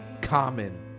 Common